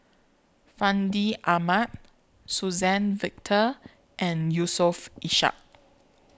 Fandi Ahmad Suzann Victor and Yusof Ishak